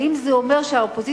האם זה אומר שהאופוזיציה,